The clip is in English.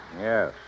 Yes